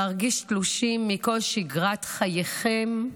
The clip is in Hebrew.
להרגיש תלושים מכל שגרת חייכם,